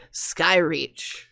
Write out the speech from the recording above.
Skyreach